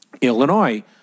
Illinois